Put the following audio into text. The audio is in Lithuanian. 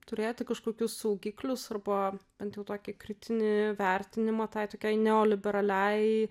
turėti kažkokių saugiklius arba bent jau tokį kritinį vertinimą tai tokiai neoliberaliai